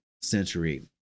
century